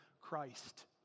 Christ